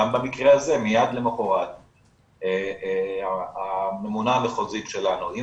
גם במקרה הזה מיד למחרת הממונה המחוזית שלנו עם